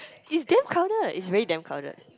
it's damn crowded it's really damn crowded